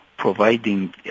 providing